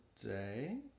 today